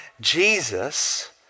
Jesus